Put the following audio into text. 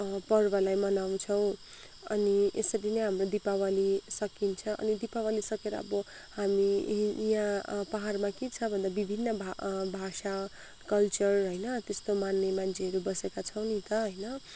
पर्वलाई मनाउछौँ अनि यसरी नै हाम्रो दिपावली सकिन्छ अनि दिपावली सकेर अब हामी यी यहाँ पाहाडमा के छ भन्दा विभिन्न भा भाषा कल्चर होइन त्यस्तो मान्ने मान्छेहरू बसेका छौँ नि त होइन